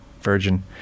Virgin